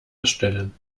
erstellen